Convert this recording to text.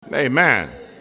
Amen